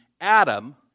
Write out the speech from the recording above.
Adam